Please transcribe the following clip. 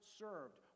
served